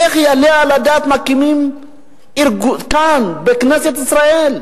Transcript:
איך יעלה על הדעת שמקימים כאן, בכנסת ישראל,